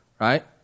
right